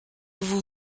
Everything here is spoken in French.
vous